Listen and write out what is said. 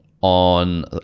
on